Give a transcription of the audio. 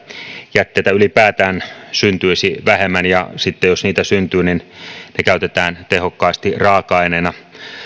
jätteitä ylipäätään syntyisi vähemmän ja sitten jos niitä syntyy niin ne käytetään tehokkaasti raaka aineena